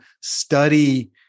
study